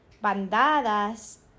bandadas